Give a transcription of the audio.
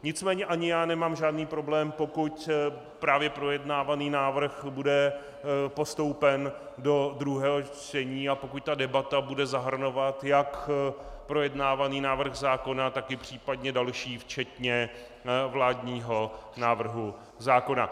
Nicméně ani já nemám žádný problém, pokud právě projednávaný návrh bude postoupen do druhého čtení a pokud ta debata bude zahrnovat jak projednávaný návrh zákona, tak i případně další, včetně vládního návrhu zákona.